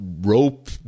rope